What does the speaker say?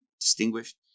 distinguished